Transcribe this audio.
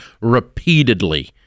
repeatedly